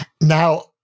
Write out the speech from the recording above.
Now